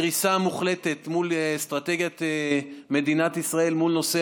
קריסה מוחלטת של אסטרטגיית מדינת ישראל מול נושא